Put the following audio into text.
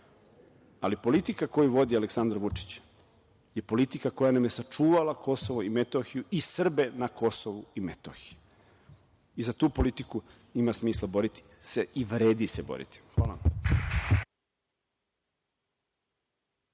Ali, politika koju vodi Aleksandar Vučić je politika koja nam je sačuvala KiM i Srbe na KiM. Za tu politiku ima smisla boriti se i vredi se boriti. Hvala vam.